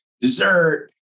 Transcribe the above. dessert